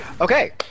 Okay